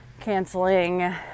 canceling